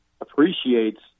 appreciates